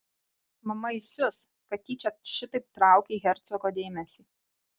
mama įsius kad tyčia šitaip traukei hercogo dėmesį